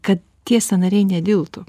kad tie sąnariai nediltų